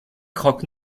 croque